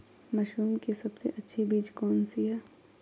Mushroom की सबसे अच्छी बीज कौन सी है?